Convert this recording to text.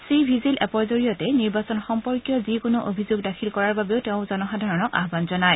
C vigil এ'পৰ জৰিয়তে নিৰ্বাচন সম্পৰ্কীয় যিকোনো অভিযোগ দাখিল কৰাৰ বাবেও তেওঁ জনসাধাৰণক আহান জনায়